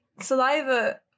saliva